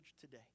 today